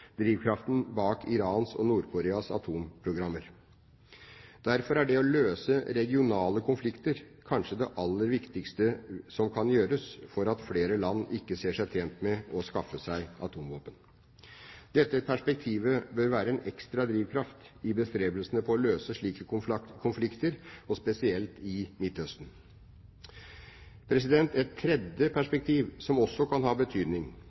drivkraften bak Irans og Nord-Koreas atomprogrammer. Derfor er det å løse regionale konflikter kanskje det alle viktigste som kan gjøres for at flere land ikke ser seg tjent med å skaffe seg atomvåpen. Dette perspektivet bør være en ekstra drivkraft i bestrebelsene på å løse slike konflikter, spesielt i Midt-Østen. Et tredje perspektiv som også kan ha betydning,